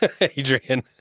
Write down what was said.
Adrian